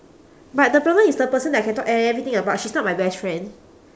but the problem is the person that I can talk everything about she's not my best friend